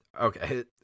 Okay